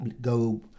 go